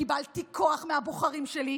וקיבלתי כוח מהבוחרים שלי,